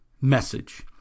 message